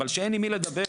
אין עם מי לדבר.